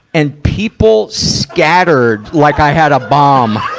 and people scattered, like i had a bomb.